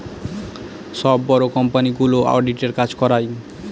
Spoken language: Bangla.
সব বড়ো কোম্পানিগুলো অডিটের কাজ করায়